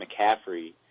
McCaffrey